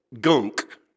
gunk